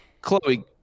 Chloe